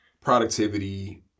productivity